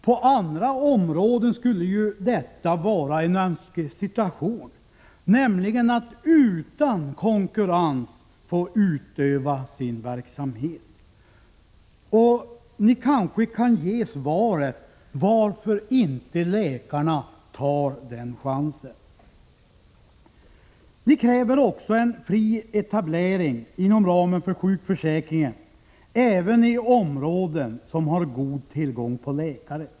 För dem som arbetar inom andra områden torde det vara en Önskesituation att utan konkurrens få utöva sin verksamhet. Varför tar inte läkarna chansen? Ni kräver en fri etablering inom ramen för sjukförsäkringen även i områden som har god tillgång på läkare.